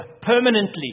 permanently